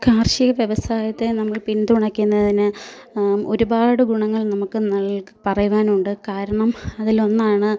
കാർഷിക വ്യവസായത്തെ നമ്മൾ പിന്തുണയ്ക്കുന്നതിന് ഒരുപാട് ഗുണങ്ങൾ നമുക്ക് പറയുവാനുണ്ട് കാരണം അതിലൊന്നാണ്